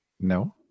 No